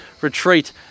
Retreat